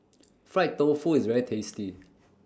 Fried Tofu IS very tasty